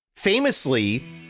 Famously